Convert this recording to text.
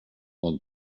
want